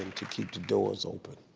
to keep the doors open?